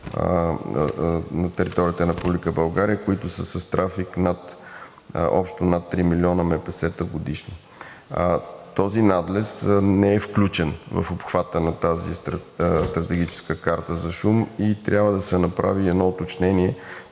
на територията на Република България, които са с трафик общо над 3 милиона МПС-та годишно. Този надлез не е включен в обхвата на тази стратегическа карта за шум и трябва да се направи едно уточнение,